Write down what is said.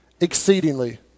exceedingly